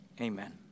Amen